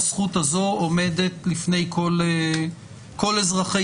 לקראת תקציב 2025 זה אני מודיע מראש לא עובר שום מבחן